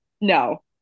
No